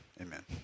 Amen